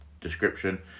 description